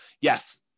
yes